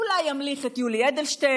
אולי ימליך את יולי אדלשטיין,